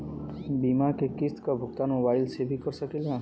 बीमा के किस्त क भुगतान मोबाइल से भी कर सकी ला?